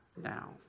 now